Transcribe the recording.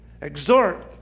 Exhort